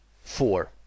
four